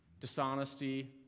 Dishonesty